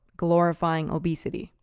glorifying obesity.